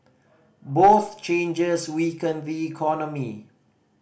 both changes weaken the economy